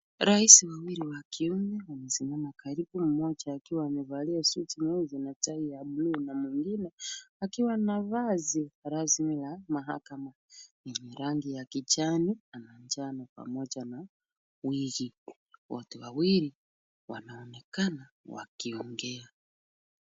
Rais wawili wa kiume wamesimama karibu mmoja akiwa amevalia suti nyeusi na tai ya buluu na mwingine akiwa na vazi rasmi ya mahakama, yenye rangi ya kijani na manjano pamoja na wigi. Wote wawili wanaonekana wakiongea.